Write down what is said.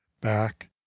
Back